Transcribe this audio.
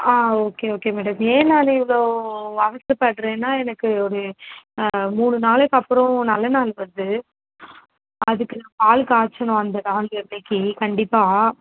ஆ okay okay madam ஏன் நான் இவ்வளோ அவசரப்படுறேன்னா எனக்கு ஒரு மூணு நாளைக்கு அப்புறம் நல்ல நாள் வருது அதுக்கு பால் காய்ச்சணும் அந்த நாள் அன்னைக்கு கண்டிப்பாக